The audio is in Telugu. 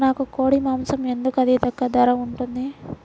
నాకు కోడి మాసం ఎందుకు అధిక ధర ఉంటుంది?